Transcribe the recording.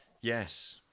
Yes